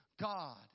God